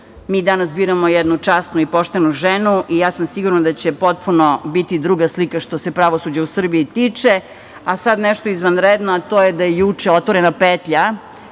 Mi danas biramo jednu časnu i poštenu ženu i ja sam sigurna da će potpuno biti druga slika što se pravosuđa u Srbiji tiče. Sada nešto izvanredno, a to je da je juče otvorena petlja